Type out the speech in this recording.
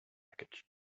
wreckage